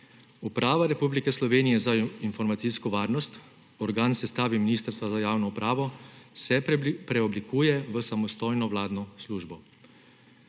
Uprava Republike Slovenije za informacijsko varnost, organ v sestavi Ministrstva za javno upravo se preoblikuje v samostojno vladno službo.